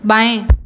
बाएँ